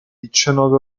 diciannove